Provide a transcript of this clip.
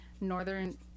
Northern